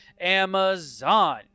Amazon